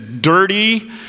dirty